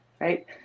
right